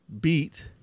beat